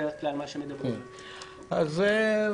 אני חושב